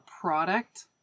product